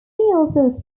also